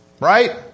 Right